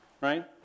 right